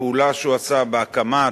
הפעולה שהוא עשה בהקמת